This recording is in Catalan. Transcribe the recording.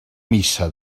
missa